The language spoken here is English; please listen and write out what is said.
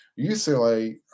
UCLA